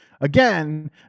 again